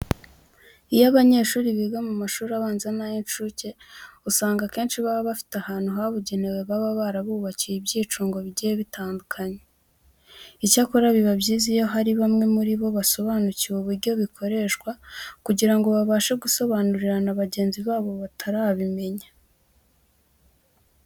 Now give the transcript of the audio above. Iyo abanyeshuri biga mu mashuri abanza n'ay'incuke usanga akenshi baba bafite ahantu habugenewe baba barabubakiye ibyicungo bigiye bitandukanye. Icyakora biba byiza iyo hari bamwe muri bo basobanukiwe uburyo bikoreshwa kugira ngo babashe gusobanurira na bagenzi babo batarabimenya.